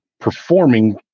performing